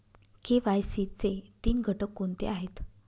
KYC चे तीन घटक कोणते आहेत?